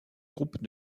groupe